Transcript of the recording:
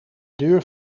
deur